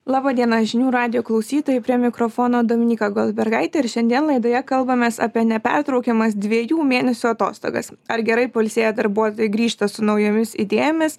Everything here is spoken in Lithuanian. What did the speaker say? laba diena žinių radijo klausytojai prie mikrofono dominyka goldbergaitė ir šiandien laidoje kalbamės apie nepertraukiamas dviejų mėnesių atostogas ar gerai pailsėję darbuotojai grįžta su naujomis idėjomis